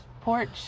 porch